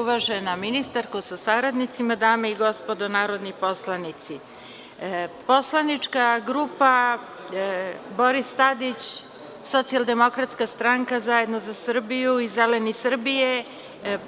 Uvažena ministarka sa saradnicima, dame i gospodo narodni poslanici, poslanička grupa Boris Tadić-SDS-ZZS-ZS